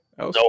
No